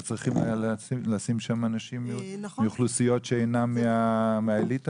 לא צריך לשים שם אנשים מאוכלוסיות שאינן מהאליטה?